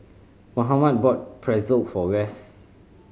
Mohamed bought Pretzel for Wess